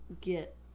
get